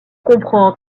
comprend